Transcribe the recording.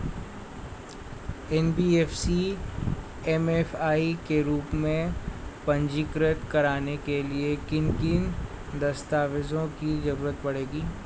NBFC MFI के रूप में पंजीकृत कराने के लिए किन किन दस्तावेजों की जरूरत पड़ेगी?